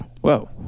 whoa